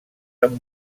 amb